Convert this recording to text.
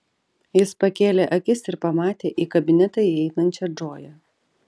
jis pakėlė akis ir pamatė į kabinetą įeinančią džoją